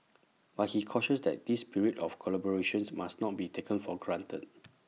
but he cautioned that this spirit of collaborations must not be taken for granted